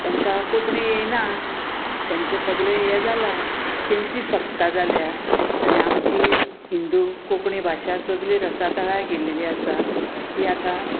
तेंकां कोंकणी येयना तेंचे सगळे हे जाला तेंची सत्ता जाल्या आणी आमची हिंदू कोंकणी भाशा सगळी रसातळाय गेलली आसा ती आतां